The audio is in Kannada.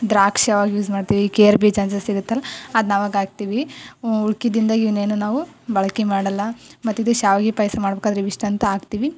ದ್ರಾಕ್ಷಿ ಯಾವಾಗ ಯೂಸ್ ಮಾಡ್ತೀವಿ ಗೇರು ಬೀಜ ಸಿಗುತ್ತಲ್ಲ ಅದನ್ನ ಅವಾಗ ಹಾಕ್ತೀವಿ ಉಳ್ದಿದಿಂದ ಏನೇನು ನಾವು ಬಳಕೆ ಮಾಡೋಲ್ಲ ಮತ್ತು ಇದು ಶಾವ್ಗೆ ಪಾಯಸ ಮಾಡ್ಬೇಕಾದ್ರೆ ಇವು ಇಷ್ಟ ಅಂತ ಹಾಕ್ತೀವಿ